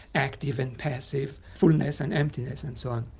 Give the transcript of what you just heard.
active and passive, fullness and emptiness and so on.